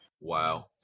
Wow